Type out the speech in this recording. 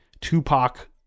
Tupac